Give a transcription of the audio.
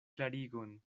klarigon